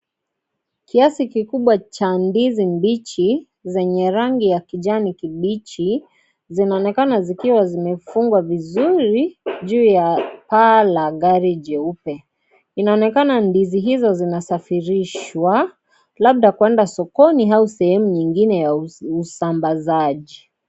Kiasi kikubwa cha ndizi mbichi zenye rangi ya kijani kibichi zinaonekana zikiwa zimefungwa vizuri juu ya paa la gari jeupe. Inaonekana ndizi hizo zinasafirishwa labda kuenda sokoni au sehemu ingine ya usambazaji.